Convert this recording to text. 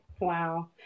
Wow